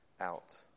out